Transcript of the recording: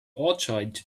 orchid